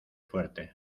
fuerte